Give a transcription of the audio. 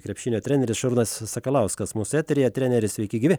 krepšinio treneris šarūnas sakalauskas mūsų eteryje treneri sveiki gyvi